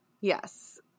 Yes